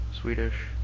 Swedish